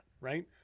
right